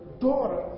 daughter